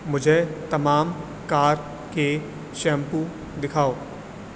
مجھے تمام کار کے شیمپو دکھاؤ